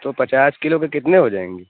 تو پچاس کیلو کے کتنے ہو جائیں گے